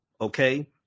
okay